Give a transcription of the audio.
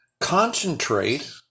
concentrate